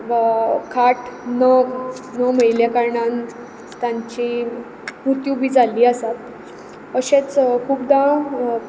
खाट न न मेळिल्ले कारणान तांची मृत्यूबीन जाल्ली आसा अशेंच खूबदां